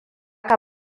ka